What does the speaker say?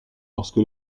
lorsque